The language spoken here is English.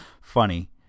funny